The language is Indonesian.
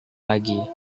lagi